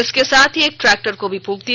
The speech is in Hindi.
इसके साथ ही एक ट्रैक्टर को भी फूंक दिया